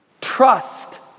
Trust